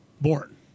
born